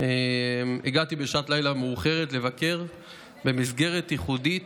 הגעתי בשעת לילה מאוחרת לבקר במסגרת ייחודית